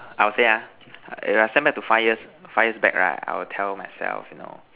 I will say ah yeah send back to five years five years back right I will tell myself you know